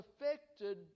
affected